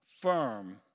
firm